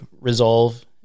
resolve